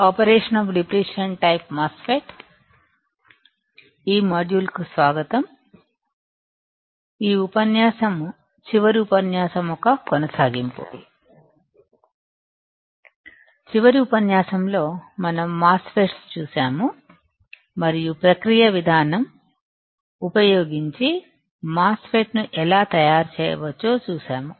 ఈ మాడ్యూల్కు స్వాగతం ఈ ఉపన్యాసం చివరి ఉపన్యాసం యొక్క కొనసాగింపు చివరి ఉపన్యాసం లో మనం మాస్ ఫెట్ ను చూశాము మరియు ప్రక్రియ విధానంఉపయోగించిమాస్ ఫెట్ను ఎలా తయారు చేయవచ్చో చూశాము